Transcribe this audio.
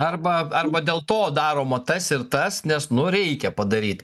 arba arba dėl to daroma tas ir tas nes nu reikia padaryt